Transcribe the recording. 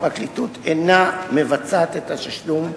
הפרקליטות אינה מבצעת את התשלום,